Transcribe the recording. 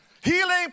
Healing